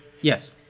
Yes